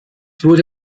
wurde